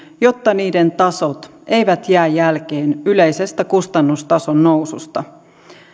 jotta niiden tasot eivät jää jälkeen yleisestä kustannustason noususta